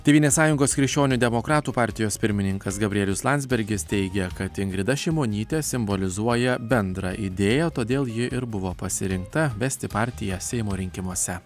tėvynės sąjungos krikščionių demokratų partijos pirmininkas gabrielius landsbergis teigė kad ingrida šimonytė simbolizuoja bendrą idėją todėl ji ir buvo pasirinkta vesti partiją seimo rinkimuose